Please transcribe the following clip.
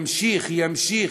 ימשיך,